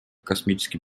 космической